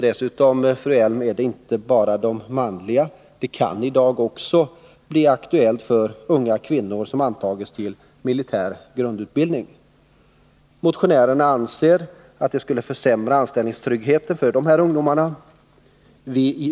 Dessutom gäller det, fru Elm, inte bara manliga. I dag kan det också bli aktuellt för unga kvinnor som antas till militär grundutbildning. Motionärerna anser att anställningstryggheten skulle försämras för de här ungdomarna.